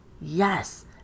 yes